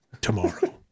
tomorrow